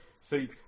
See